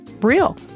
real